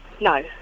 No